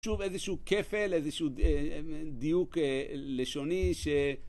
שוב איזשהו כפל, איזשהו דיוק לשוני ש